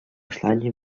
исландии